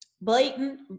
Blatant